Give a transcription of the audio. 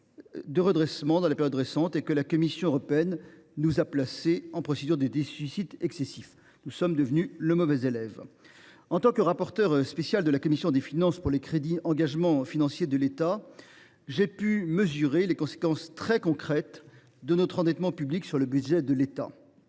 de redressement dans la période récente, la Commission européenne nous a placés en procédure de déficit excessif. Nous sommes devenus le mauvais élève. En tant que rapporteur spécial de la commission des finances pour les crédits de la mission « Engagements financiers de l’État », j’ai pu mesurer les conséquences très concrètes de notre endettement public sur le budget de la